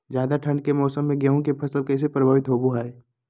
ज्यादा ठंड के मौसम में गेहूं के फसल कैसे प्रभावित होबो हय?